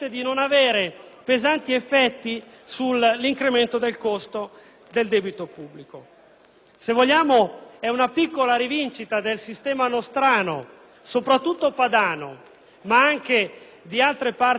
pesanti effetti sull'incremento del costo del debito stesso. Se vogliamo, è una piccola rivincita del sistema nostrano, soprattutto padano, ma anche di altre parti d'Italia,